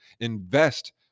Invest